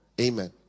Amen